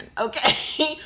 Okay